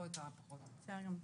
בסדר גמור.